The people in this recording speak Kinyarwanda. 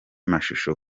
mashusho